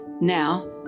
Now